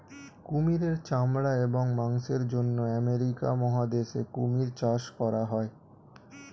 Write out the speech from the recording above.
কুমিরের চামড়া এবং মাংসের জন্য আমেরিকা মহাদেশে কুমির চাষ করা হয়